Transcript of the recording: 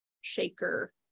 shaker